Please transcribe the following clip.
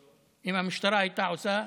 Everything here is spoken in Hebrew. אם המשטרה הייתה עושה.